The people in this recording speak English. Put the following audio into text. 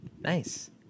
Nice